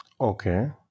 Okay